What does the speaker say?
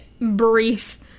brief